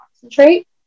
concentrate